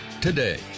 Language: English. today